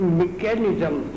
mechanism